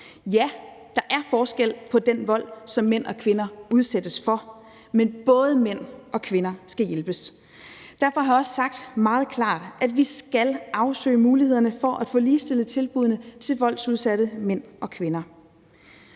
Ja, der er forskel på den vold, som mænd og kvinder udsættes for, men både mænd og kvinder skal hjælpes. Derfor har jeg også sagt meget klart, at vi skal afsøge mulighederne for at få ligestillet tilbuddene til voldsudsatte mænd og kvinder.